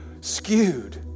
skewed